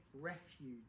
refuge